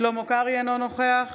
שלמה קרעי, אינו נוכח